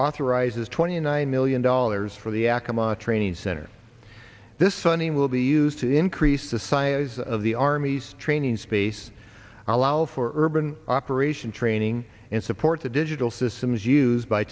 authorizes twenty nine million dollars for the acma training center this funding will be used to increase the science of the army's training space allow for urban operation training and support the digital systems used by